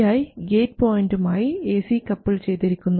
vi gate പോയന്റുമായി A C couple ചെയ്തിരിക്കുന്നു